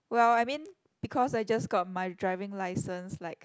well I mean because I just got my driving license like